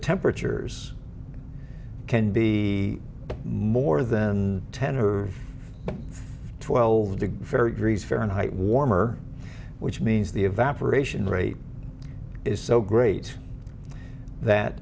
temperatures can be more than ten or twelve to very griese fahrenheit warmer which means the evaporation rate is so great that